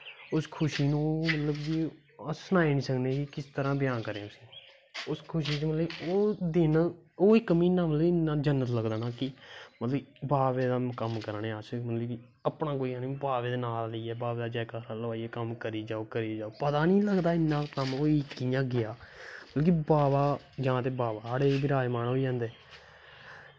उस खुशी गी अस सनाई नी सकनें हैन कि किस तरां ह्यां करैं उसगी ओह् इक महीनां मतलव की बाबे दा कम्म करा नें अस की बाबे दा नां लेईयै बाबे दा जैकार करिया करी जाओ करी जाओ पता गै नी लगदा कम्म होई कियां गेआ जां ते बाबा साढ़े पर मेह्रवान होई जंदे